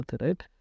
right